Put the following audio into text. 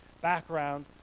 background